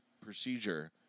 procedure